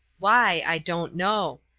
why, i don't know.